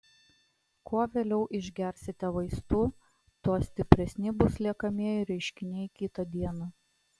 kuo vėliau išgersite vaistų tuo stipresni bus liekamieji reiškiniai kitą dieną